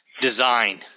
Design